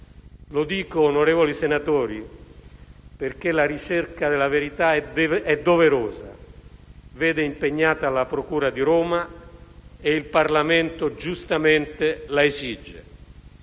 Lo dico, onorevoli senatori, perché la ricerca della verità è doverosa, vede impegnata la procura di Roma e il Parlamento giustamente la esige,